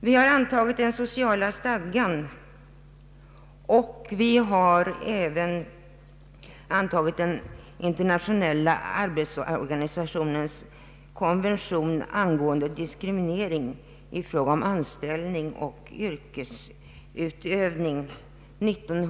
Vi har antagit den europeiska sociala stadgan och år 1962 internationella — arbetsorganisationens konvention angående diskriminering i fråga om anställning och yrkesutövning.